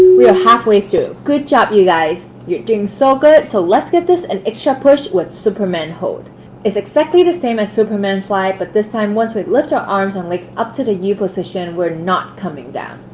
we are halfway through good job you guys you're doing so good, so let's get this an extra push with superman hold it's exactly the same as superman fly, but this time once we lift our arms and legs up to the u position we're not coming down.